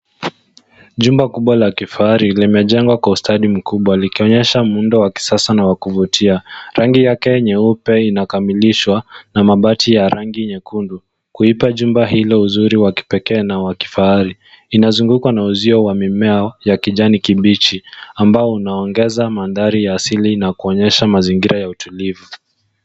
Jumba kubwa la kifahari limejengwa kwa ustadi mkubwa likionyesha muundo wa kisasa na wa kuvutia. Rangi yake nyeupe inakamilishwa na mabati ya rangi nyekundu, kuipa jumba hilo uzuri wa kipekee na wa kifahari. Inazungukwa na uzio wa mimea ya kijani kibichi ambao unaongeza mandhari ya asili na kuonyesha mazingira ya utulivu.